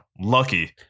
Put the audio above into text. lucky